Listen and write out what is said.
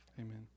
Amen